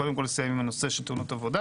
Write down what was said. קודם כל לסיים עם הנושא של תאונות עבודה